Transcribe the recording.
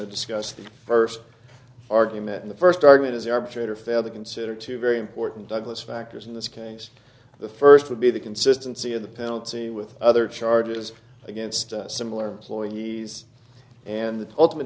to discuss the first argument in the first argument is the arbitrator fail to consider two very important douglas factors in this case the first would be the consistency of the penalty with other charges against similar ploy he's and the ultimate